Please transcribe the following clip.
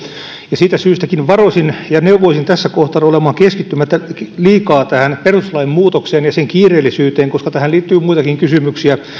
siitäkin syystä varoisin ja neuvoisin tässä kohtaa olemaan keskittymättä liikaa tähän perustuslain muutokseen ja sen kiireellisyyteen koska tähän liittyy muitakin kysymyksiä